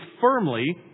firmly